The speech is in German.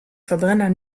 verbrenner